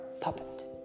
puppet